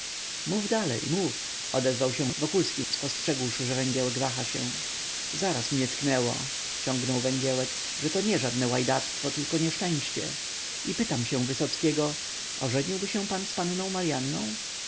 mów dalej mów odezwał się wokulski spostrzegłszy że węgiełek waha się zaraz mnie tknęło ciągnął węgiełek że to nie żadne łajdactwo tylko nieszczęście i pytam się wysockiego ożeniłby się pan z panną